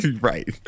Right